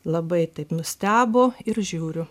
labai taip nustebo ir žiūriu